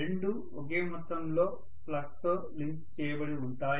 రెండూ ఒకే మొత్తంలో ఫ్లక్స్తో లింక్ చేయబడి ఉంటాయి